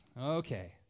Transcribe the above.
Okay